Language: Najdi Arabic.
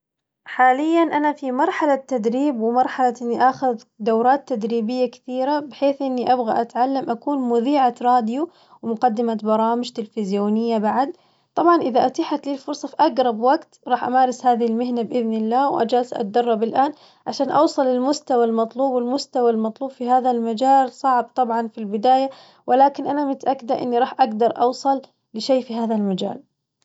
حالياً أنا في مرحلة تدريب ومرحلة إني آخذ دورات تدريبية كثيرة بحيث إني أبغى أتعلم أكون مذيعة راديو ومقدمة برامج تلفزيونية بعد، طبعاً إذا أتيحت لي الفرصة في أقرب وقت راح أمارس هذي المهنة بإذن الله، وجالسة أتدرب الآن عشان أوصل للمستوى المطلوب والمستوى المطلوب في هذا المجال صعب طبعاً في البداية، ولكن أنا متأكدة إني راح أقدر أوصل لشي في هذا المجال.